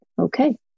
okay